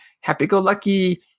happy-go-lucky